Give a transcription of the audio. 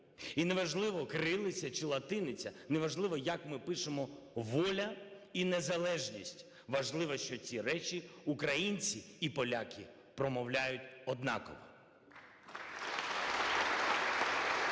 І не важливо, кирилиця чи латиниця, не важливо, як ми пишемо "воля " і "незалежність", важливо, що ці речі українці і поляки промовлять однаково. (Оплески)